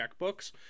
checkbooks